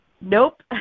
Nope